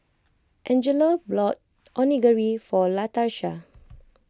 Angelo brought Onigiri for Latarsha